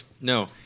No